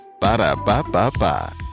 Ba-da-ba-ba-ba